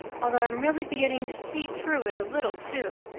although i'm really beginning to see through it a little, too.